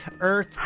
Earth